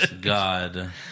God